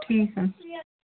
ٹھیٖک حظ